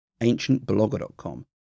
AncientBlogger.com